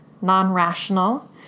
non-rational